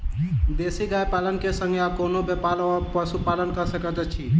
देसी गाय पालन केँ संगे आ कोनों व्यापार वा पशुपालन कऽ सकैत छी?